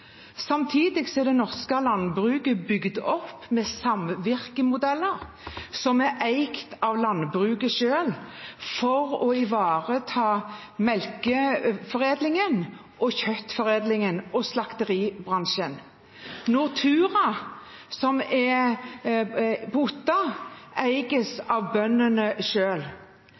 Samtidig er det norske landbruket bygd opp med samvirkemodeller som er eid av landbruket selv, for å ivareta melkeforedlingen, kjøttforedlingen og slakteribransjen. Nortura på Otta eies av bøndene